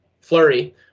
Flurry